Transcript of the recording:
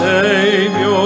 Savior